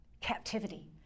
captivity